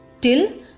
till